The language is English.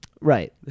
right